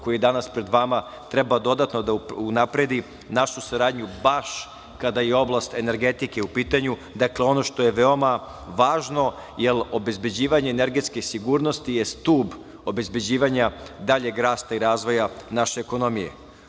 koji je danas pred vama treba dodatno da unapredi našu saradnju baš kada je oblast energetike u pitanju. Dakle, ono što je veoma važno, jer obezbeđivanje energetske sigurnosti je stub obezbeđivanja daljeg rasta i razvoja naše ekonomije. Hoću